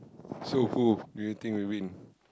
so who do you think will win